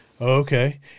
Okay